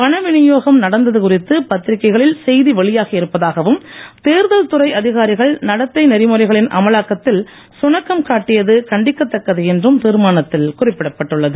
பண விநியோகம் நடந்தது குறித்து பத்திரிக்கைகளில் செய்தி வெளியாகி இருப்பதாகவும் தேர்தல் துறை அதிகாரிகள் நடத்தை நெறிமுறைகளின் அமலாக்கத்தில் சுணக்கம் காட்டியது கண்டிக்கத்தக்கது என்றும் தீர்மானத்தில் குறிப்பிடப்பட்டுள்ளது